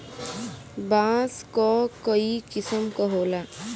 बांस क कई किसम क होला